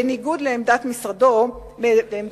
בניגוד לעמדת משרד הבריאות,